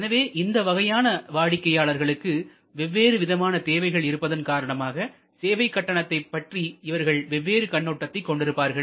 எனவே இந்த வகையான வாடிக்கையாளர்களுக்கு வெவ்வேறு விதமான தேவைகள் இருப்பதன் காரணமாக சேவை கட்டணத்தை பற்றி இவர்கள் வெவ்வேறு கண்ணோட்டத்தை கொண்டிருப்பார்கள்